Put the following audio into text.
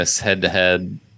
head-to-head